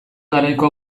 garaiko